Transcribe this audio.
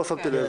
לא שמתי לב.